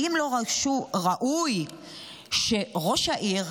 האם לא ראוי שראש העיר,